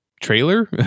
trailer